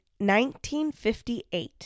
1958